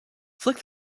flick